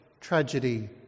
tragedy